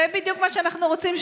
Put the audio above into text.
זה בדיוק מה שאנחנו רוצים,